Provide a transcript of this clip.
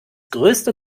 größte